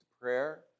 prayer